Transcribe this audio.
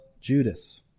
Judas